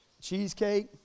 Cheesecake